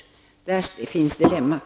Däri ligger dilemmat.